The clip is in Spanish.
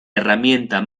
herramienta